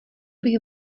bych